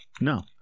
No